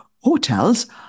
hotels